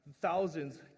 Thousands